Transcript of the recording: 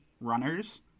runners